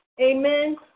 Amen